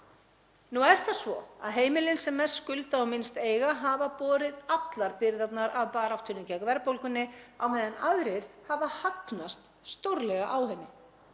Nú er það svo að heimilin sem mest skulda og minnst eiga hafa borið allar byrðarnar af baráttunni gegn verðbólgunni á meðan aðrir hafa hagnast stórlega á henni.